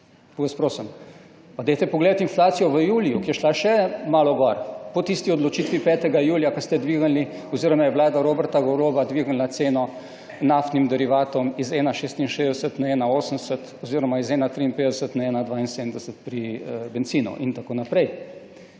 pa dajte pogledati inflacijo v juliju, ki je šla še malo gor po tisti odločitvi 5. julija, ko ste dvignili oziroma je vlada Roberta Goloba dvignila ceno naftnim derivatom iz 1,66 na 1,80 oziroma iz 1,53 na 1,72 pri bencinu in tako naprej.